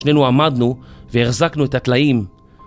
שנינו עמדנו והחזקנו את הטלאים.